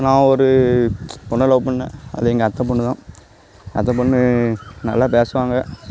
நான் ஒரு பொண்ணை லவ் பண்ணிணேன் அது எங்கள் அத்தை பொண்ணு தான் அத்தை பொண்ணு நல்லா பேசுவாங்க